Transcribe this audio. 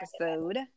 episode